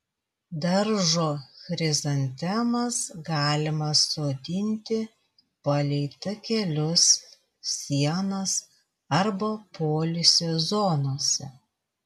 daržo chrizantemas galima sodinti palei takelius sienas arba poilsio zonose